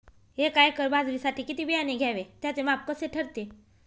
एका एकर बाजरीसाठी किती बियाणे घ्यावे? त्याचे माप कसे ठरते?